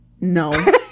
no